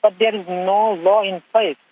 but there is no law in place.